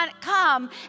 come